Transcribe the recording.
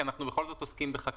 כי אנחנו בכל זאת עוסקים בחקיקה.